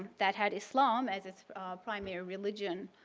that had islam as its primary religion.